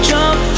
Jump